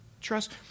trust